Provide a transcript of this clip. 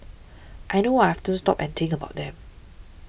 I know I often stop and think about them